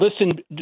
Listen